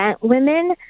women